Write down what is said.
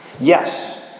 Yes